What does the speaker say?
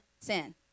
sin